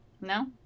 No